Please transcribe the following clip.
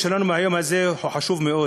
המסר שלנו ביום הזה חשוב מאוד.